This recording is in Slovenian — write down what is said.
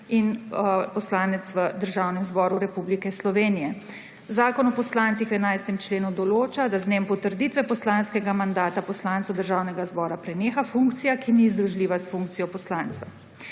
in poslanec v Državnem zboru Republike Slovenije. Zakon o poslancih v 11. členu določa, da z dnem potrditve poslanskega mandata poslancu Državnega zbora preneha funkcija, ki ni združljiva s funkcijo poslanca.